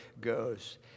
goes